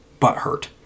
butthurt